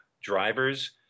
drivers